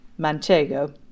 manchego